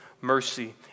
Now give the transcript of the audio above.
mercy